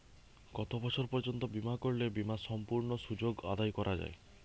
কত বছর পর্যন্ত বিমা করলে বিমার সম্পূর্ণ সুযোগ আদায় করা য়ায়?